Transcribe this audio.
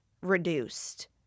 reduced